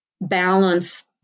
balance